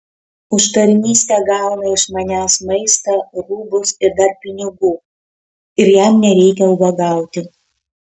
už tarnystę gauna iš manęs maistą rūbus ir dar pinigų ir jam nereikia ubagauti